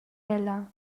ella